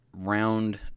round